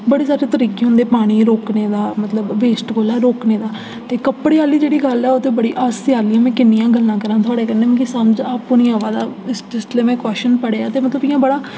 बड़े सारे तरीके होंदे पानियै रोकने दे मतलब बेस्ट कोला रोकने दा ते कपड़े आह्ली जेह्ड़ी गल्ल ऐ ओह् ते बड़े हास्से आह्ली में किन्नियां गल्लां करां थुआढ़े कन्नै मिगी समझ आपूं निं आवै दा जिसलै में क्वश्चन पढ़ेआ ते